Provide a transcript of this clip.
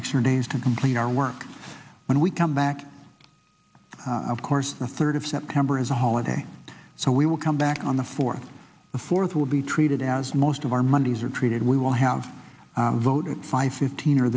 measure days to complete our work when we come back of course the third of september as a holiday so we will come back on the fourth the fourth will be treated as most of our mondays are treated we will have voted five fifteen or